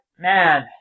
man